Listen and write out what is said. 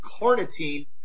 carnitine